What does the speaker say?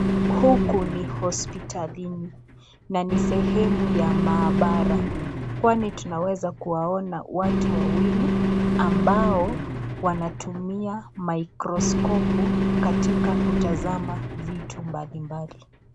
Huku ni hospitalini, na ni sehemu ya maabara. Kwani tunaweza kuwaona watu wawili ambao wanatumia microscope katika kutazama vitu mbalimbali.